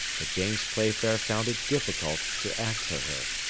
that james playfair found it difficult to answer her,